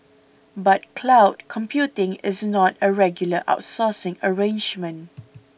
but cloud computing is not a regular outsourcing arrangement